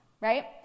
right